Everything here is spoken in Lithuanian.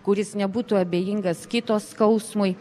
kuris nebūtų abejingas kito skausmui